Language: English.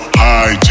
high